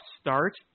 start